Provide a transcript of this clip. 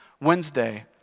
Wednesday